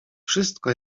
wszystko